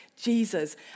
Jesus